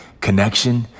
connection